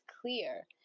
clear